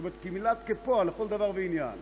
כלומר כפועל לכל דבר ועניין.